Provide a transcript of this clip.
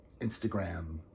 Instagram